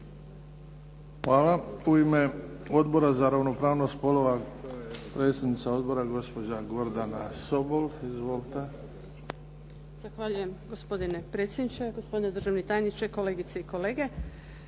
Hvala. U ime Odbora za ravnopravnost spolova predsjednica odbora gospođa Gordana Sobol. Izvolite. **Sobol, Gordana (SDP)** Zahvaljujem. Gospodine predsjedniče, gospodine državni tajniče, kolegice i kolege.